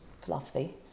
philosophy